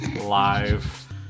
live